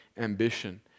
ambition